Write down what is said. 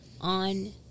on